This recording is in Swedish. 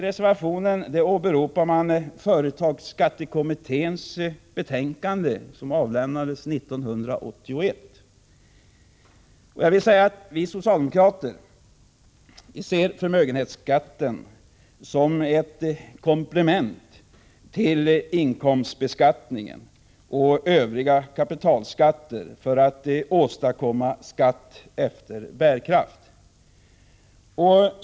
Reservanterna åberopar företagsskattekommitténs betänkande, som avlämnades 1981. Vi socialdemokrater ser förmögenhetsskatten som ett komplement till inkomstbeskattningen och övriga kapitalskatter för att åstadkomma skatt efter bärkraft.